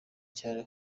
cyane